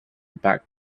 back